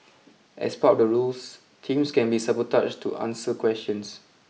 as part of the rules teams can be sabotaged to answer questions